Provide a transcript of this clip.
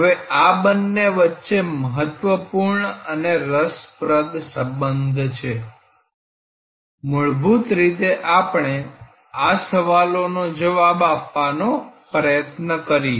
હવે આ બંને વચ્ચે મહત્વપૂર્ણ અને રસપ્રદ સંબંધ છે મૂળભૂત રીતે આપણે આ સવાલોનો જવાબ આપવાનો પ્રયત્ન કરીએ